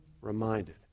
reminded